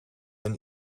een